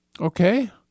Okay